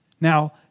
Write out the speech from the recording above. Now